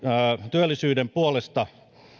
työllisyyden puolesta